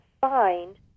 find